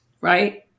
right